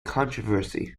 controversy